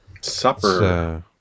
Supper